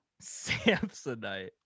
Samsonite